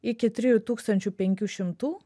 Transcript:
iki trijų tūkstančių penkių šimtų